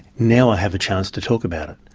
now i have a chance to talk about it.